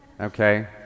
okay